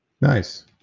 Nice